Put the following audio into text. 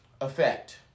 effect